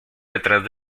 detrás